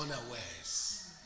Unawares